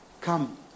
come